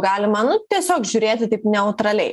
galima nu tiesiog žiūrėti taip neutraliai